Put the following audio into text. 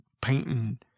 painting